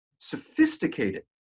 Sophisticated